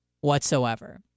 whatsoever